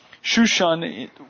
Shushan